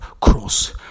cross